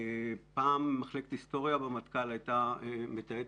פעם מחלקת היסטוריה במטכ"ל הייתה מתעדת